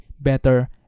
better